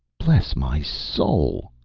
bless my soul!